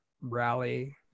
rally